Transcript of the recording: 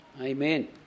Amen